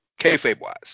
kayfabe-wise